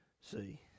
See